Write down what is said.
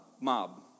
Mob